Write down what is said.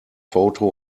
photo